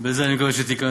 בזה אני מקווה שתיקנתי.